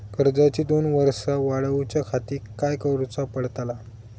कर्जाची दोन वर्सा वाढवच्याखाती काय करुचा पडताला?